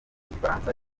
igifaransa